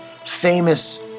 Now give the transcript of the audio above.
famous